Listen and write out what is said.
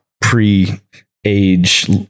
pre-age